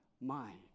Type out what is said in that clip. mind